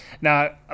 now